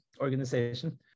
organization